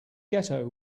ghetto